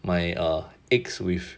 my err eggs with